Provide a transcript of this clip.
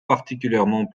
particulièrement